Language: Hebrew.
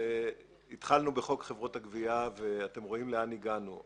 התחלנו בחוק חברות הגבייה ואתם רואים לאן הגענו.